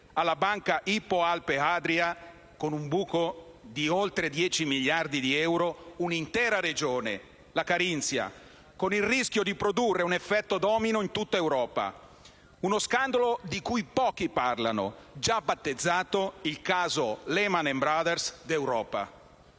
alla banca Hypo Alpe Adria, con un buco di oltre 10 miliardi di euro, un'intera regione, la Carinzia, con il rischio di produrre un effetto domino in tutta Europa. È uno scandalo di cui pochi parlano e che è già stato battezzato come il caso Lehman Brothers d'Europa;